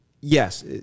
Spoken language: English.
yes